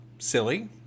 Silly